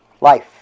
life